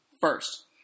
First